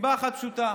סיבה אחת פשוטה,